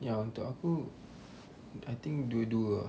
ya untuk aku I think dua-dua ah